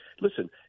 Listen